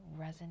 resonate